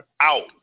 out